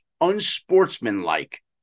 unsportsmanlike